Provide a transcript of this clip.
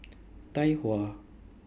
Tai Hua